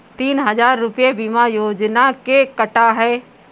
तीन हजार रूपए बीमा योजना के कटा है